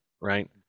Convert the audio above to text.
right